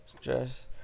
stress